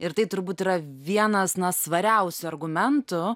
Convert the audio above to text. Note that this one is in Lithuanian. ir tai turbūt yra vienas na svariausių argumentų